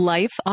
Life